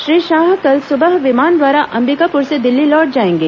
श्री शाह कल सुबह विमान द्वारा अंबिकापुर से दिल्ली लौट जाएंगे